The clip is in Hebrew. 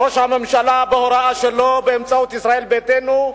ראש הממשלה, בהוראה שלו באמצעות ישראל ביתנו,